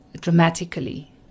dramatically